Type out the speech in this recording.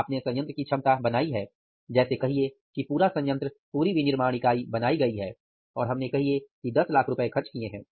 आपने संयंत्र की क्षमता बनाई है जैसे कहिए की पूरा संयंत्र पूरी विनिर्माण इकाई बनाई गई है और हमने कहिए की 1000000 रुपए खर्च किए हैं